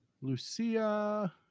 Lucia